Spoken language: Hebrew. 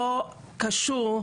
לא קשור,